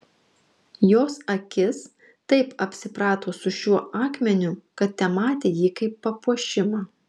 jos akis taip apsiprato su šiuo akmeniu kad tematė jį kaip papuošimą